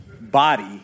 body